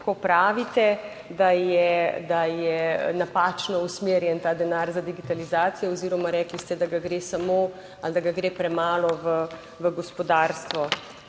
ko pravite, da je, da je napačno usmerjen ta denar za digitalizacijo oziroma rekli ste, da ga gre samo, da ga gre premalo v gospodarstvo.